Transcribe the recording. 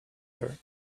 her